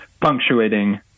punctuating